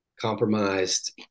Compromised